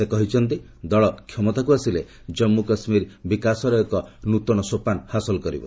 ସେ କହିଛନ୍ତି ଦଳ କ୍ଷମତାକୁ ଆସିଲେ ଜନ୍ମୁ କାଶ୍ମୀର ବିକାଶର ଏକ ନୂତନ ଲକ୍ଷ୍ୟ ହାସଲ ହେବ